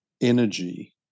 energy